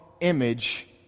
image